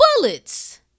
bullets